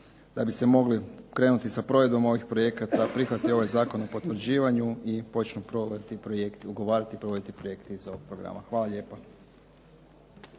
da bi se moglo krenuti sa provedbom ovih projekata prihvati ovaj zakon o potvrđivanju i počnu provoditi projekti, ugovarati i provoditi projekte iz ovog programa. Hvala lijepa.